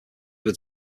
were